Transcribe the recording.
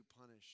punish